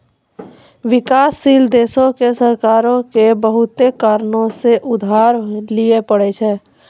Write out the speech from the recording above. विकासशील देशो के सरकारो के बहुते कारणो से उधार लिये पढ़ै छै